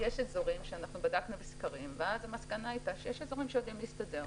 יש אזורים שבדקנו בסקרים והמסקנה הייתה שיש אזורים שיודעים להסתדר.